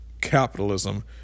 capitalism